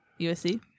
USC